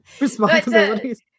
responsibilities